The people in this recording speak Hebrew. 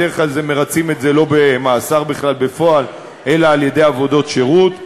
בדרך כלל מרצים את זה לא במאסר בכלל בפועל אלא על-ידי עבודות שירות.